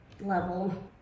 level